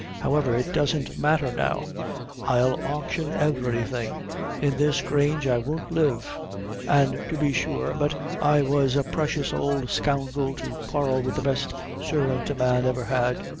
however, it doesn't matter now i'll auction everything in this grange i won't live and to be sure but i was a precious-old scoundrel to quarrel with the best servant a man ever had.